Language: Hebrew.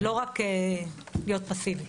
ולא רק להיות פסיבי.